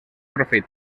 profit